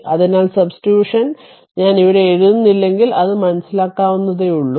അതിനാൽസബ്സ്റ്റിട്യൂഷൻ ഞാൻ ഇവിടെ എഴുതുന്നില്ലെങ്കിൽ അത് മനസ്സിലാക്കാവുന്നതേയുള്ളൂ